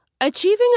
Achieving